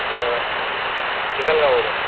बरं चिखलगाववरून